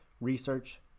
research